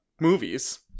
movies